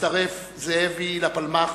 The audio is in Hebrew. הצטרף זאבי לפלמ"ח,